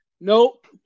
nope